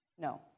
No